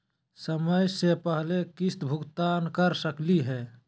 समय स पहले किस्त भुगतान कर सकली हे?